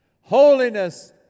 Holiness